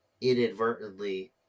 inadvertently